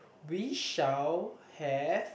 we shall have